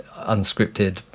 unscripted